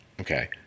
Okay